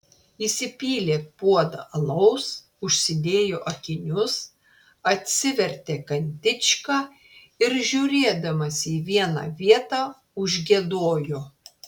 įsipylė puodą alaus užsidėjo akinius atsivertė kantičką ir žiūrėdamas į vieną vietą užgiedojo